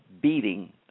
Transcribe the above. beating